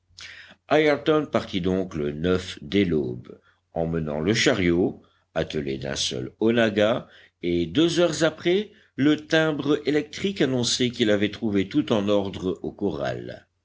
partit donc le dès l'aube emmenant le chariot attelé d'un seul onagga et deux heures après le timbre électrique annonçait qu'il avait trouvé tout en ordre au corral